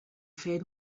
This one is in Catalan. fer